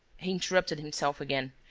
he interrupted himself again,